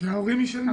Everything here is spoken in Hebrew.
כי ההורים ישלמו.